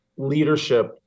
leadership